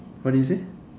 what did you say